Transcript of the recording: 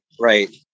right